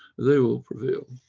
they will prevail.